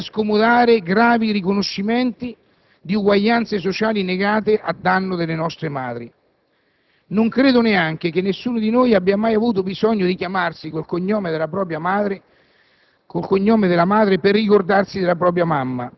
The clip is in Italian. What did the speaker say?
senza inutili femminismi di maniera, senza scomodare gravi riconoscimenti di uguaglianze sociali negate a danno delle nostre madri. Nessuno di noi ha mai avuto bisogno di chiamarsi con il cognome materno per